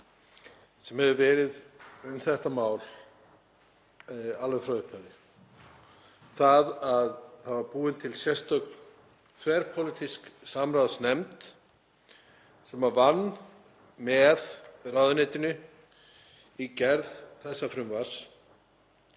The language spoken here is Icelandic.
sem hefur verið um þetta mál alveg frá upphafi. Það var búin til sérstök þverpólitísk samráðsnefnd sem vann með ráðuneytinu að gerð þessa frumvarps